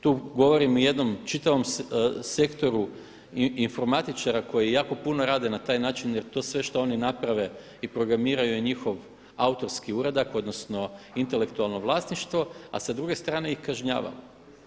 Tu govorim o jednom čitavom sektoru informatičara koji jako puno rade na taj način jer to sve što oni naprave i programiraju je njihov autorski uradak, odnosno intelektualno vlasništvo a sa druge strane ih kažnjavamo.